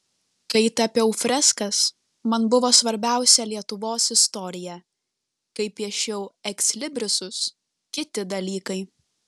kai tapiau freskas man buvo svarbiausia lietuvos istorija kai piešiau ekslibrisus kiti dalykai